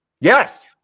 Yes